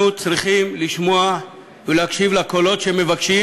אנחנו צריכים לשמוע ולהקשיב לקולות שמבקשים